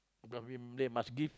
because they must give